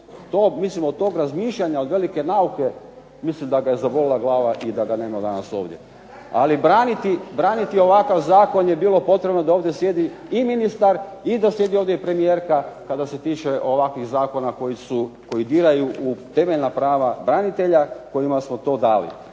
Mislim od tog razmišljanja, od velike nauke mislim da ga je zabolila glava i da ga nema danas ovdje. Ali braniti ovakav zakon je bilo potrebno da ovdje sjedi i ministar i da sjedi ovdje i premijerka kada se tiče ovakvih zakona koji diraju u temeljna prava branitelja kojima smo to dali.